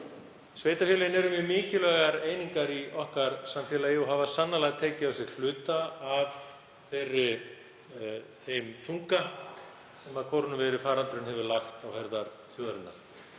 Sveitarfélögin eru mikilvægar einingar í okkar samfélagi og hafa sannarlega tekið á sig hluta af þeim þunga sem kórónuveirufaraldurinn hefur lagt á herðar þjóðarinnar.